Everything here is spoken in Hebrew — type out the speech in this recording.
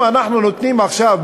אם אנחנו נותנים עכשיו,